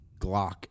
Glock